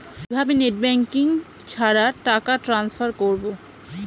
কিভাবে net banking ছাড়া টাকা টান্সফার করব?